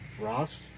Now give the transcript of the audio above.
Ross